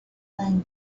pine